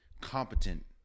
competent